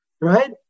right